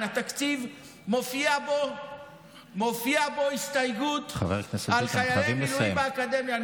בתקציב מופיעה הסתייגות על חיילי מילואים באקדמיה.